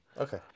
Okay